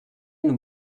nous